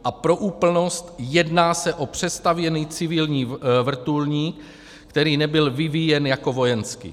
A pro úplnost, jedná se o přestavěný civilní vrtulník, který nebyl vyvíjen jako vojenský.